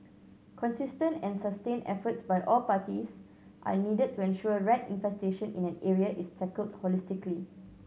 consistent and sustained efforts by all parties are needed to ensure rat infestation in an area is tackled holistically